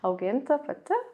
auginti pati